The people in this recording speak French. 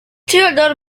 theodor